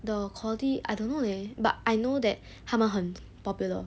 the quality I don't know leh but I know that 他们很 popular